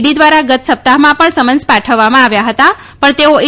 D દ્વારા ગત સપ્તાહમાં ણ સમન્સ ાઠવવામાં આવ્યા હતા ણ તેઓ ઇ